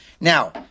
Now